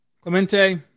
Clemente